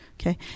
Okay